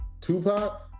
Tupac